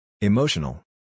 Emotional